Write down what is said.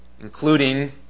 including